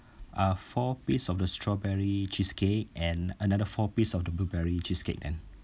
uh four piece of the strawberry cheesecake and another four piece of the blueberry cheesecake then